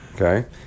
okay